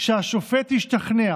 שהשופט השתכנע